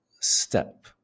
step